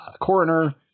coroner